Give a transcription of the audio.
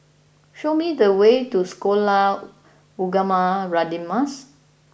show me the way to Sekolah Ugama Radin Mas